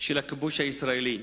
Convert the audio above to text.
של הכיבוש הישראלי,